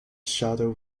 shadow